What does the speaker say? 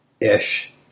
ish